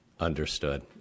Understood